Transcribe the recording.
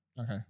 Okay